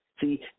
See